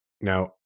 now